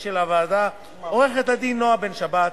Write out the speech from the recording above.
של הוועדה: עורכת-דין נועה בן-שבת,